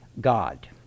God